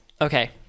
okay